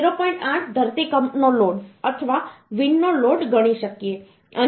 8 ધરતીકંપનો લોડ અથવા વિન્ડનો લોડ ગણી શકીએ અહીં તે 1